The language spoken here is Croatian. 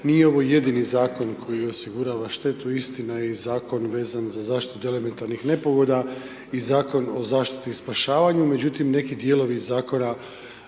nije ovo jedini Zakon koji osigurava štetu, istina je, i Zakon vezan za zaštitu od elementarnih nepogoda i Zakon o zaštiti i spašavanju. Međutim, neki dijelovi Zakona